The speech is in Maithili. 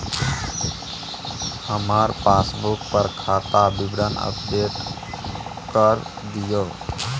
हमर पासबुक पर खाता विवरण अपडेट कर दियो